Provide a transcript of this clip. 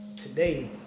Today